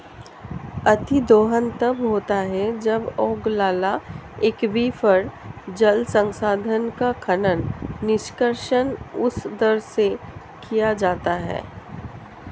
अतिदोहन तब होता है जब ओगलाला एक्वीफर, जल संसाधन का खनन, निष्कर्षण उस दर से किया जाता है